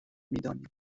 میدانیم